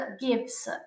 gives